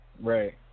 Right